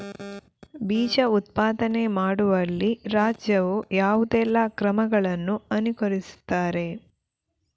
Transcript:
ಬೀಜ ಉತ್ಪಾದನೆ ಮಾಡುವಲ್ಲಿ ರಾಜ್ಯವು ಯಾವುದೆಲ್ಲ ಕ್ರಮಗಳನ್ನು ಅನುಕರಿಸುತ್ತದೆ?